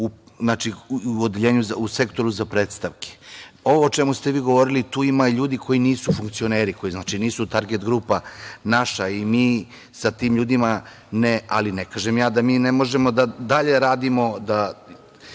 u sektoru za prestavke. Ovo o čemu ste vi govorili tu ima ljudi koji nisu funkcioneri, koji znači nisu target grupa naša i mi sa tim ljudima, ali ne kažem da mi ne možemo dalje da radimo, da